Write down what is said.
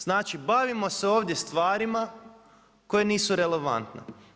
Znači, bavimo se ovdje stvarima koje nisu relevantne.